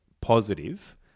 positive